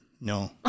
No